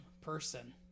person